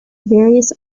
various